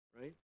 right